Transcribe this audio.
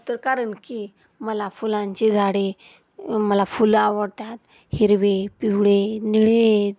तर कारण की मला फुलांची झाडे मला फुलं आवडतात हिरवे पिवळे निळे